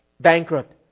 bankrupt